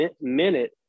minute